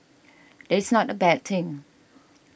it's not a bad thing